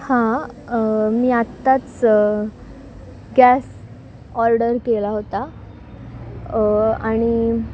हां मी आत्ताच गॅस ऑर्डर केला होता आणि